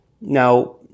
Now